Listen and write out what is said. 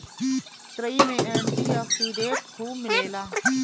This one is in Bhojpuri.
तुरई में एंटी ओक्सिडेंट खूब मिलेला